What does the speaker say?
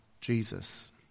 Jesus